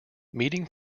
meeting